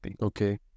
Okay